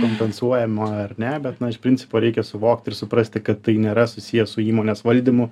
kompensuojama ar ne bet na iš principo reikia suvokt ir suprasti kad tai nėra susiję su įmonės valdymu